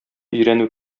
өйрәнү